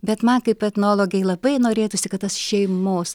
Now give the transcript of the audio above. bet man kaip etnologei labai norėtųsi kad tas šeimos